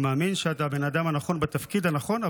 אני מאמין שאתה הבן אדם הנכון בתפקיד הנכון,